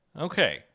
Okay